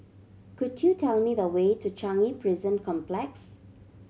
could you tell me the way to Changi Prison Complex